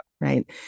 right